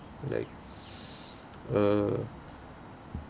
like uh